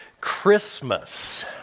Christmas